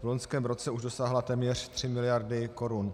V loňském roce už dosáhla téměř 3 mld. korun.